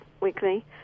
weekly